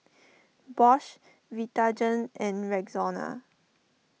Bosch Vitagen and Rexona